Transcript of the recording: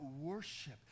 worship